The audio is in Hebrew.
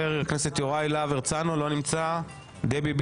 אני ישבתי עם שני היהודים שנרצחו.